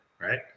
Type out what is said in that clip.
right